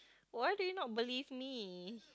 why do you not believe me